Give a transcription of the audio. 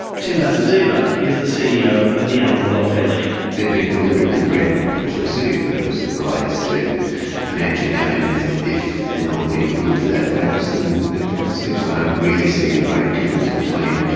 tim vasudeva is the ceo of the animal welfare league. they're being deliberately bred for a specific purpose that relates to financial gain and if if they're not any good for that purpose, then they're put to sleep. so i don't really see any great difference between